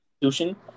institution